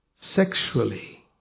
sexually